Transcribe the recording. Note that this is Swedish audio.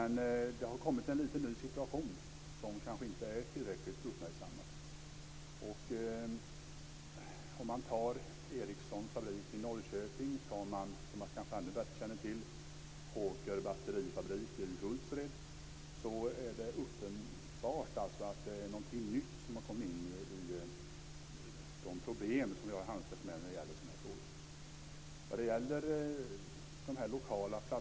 Men det har uppkommit en ny situation som kanske inte är tillräckligt uppmärksammad. Om man ser på Ericssons fabrik i Norrköping eller - som jag kanske ännu bättre känner till - Hawkers batterifabrik i Hultsfred är det uppenbart att det är någonting nytt som har kommit in bland de problem som vi har att handskas med när det gäller sådana här frågor.